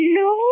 no